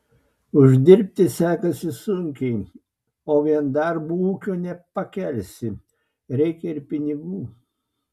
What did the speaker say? uždirbti sekasi sunkiai o vien darbu ūkio nepakelsi reikia ir pinigų